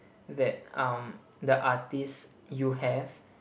that um the artist you have